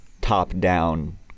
top-down